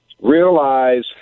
realize